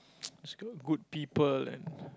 good people and